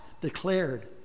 declared